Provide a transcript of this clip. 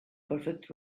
perfect